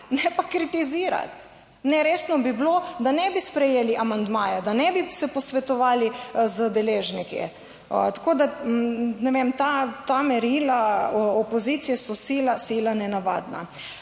ne pa kritizirati. Ne, resno bi bilo, da ne bi sprejeli amandmaje, da ne bi se posvetovali z deležniki. Tako da, ne vem, ta merila opozicije so sila, sila nenavadna.